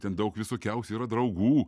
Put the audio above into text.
ten daug visokiausių yra draugų